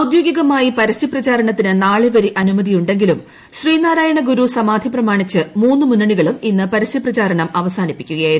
ഔദ്യോഗികമായിട് പരസ്യപ്രചാരണത്തിന് നാളെ വരെ അനുമതിയുണ്ടെങ്കിലും ശ്രീനാരായണ ഗുരു സമാധി പ്രമാണിച്ച് മൂന്നു മുന്നണികളും ഇന്ന് പരസ്യപ്രചാരണം അവസാനിപ്പിക്കുകയായിരുന്നു